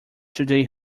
today